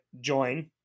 join